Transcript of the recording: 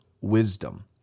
wisdom